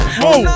whoa